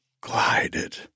glided